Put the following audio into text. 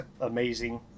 amazing